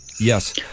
yes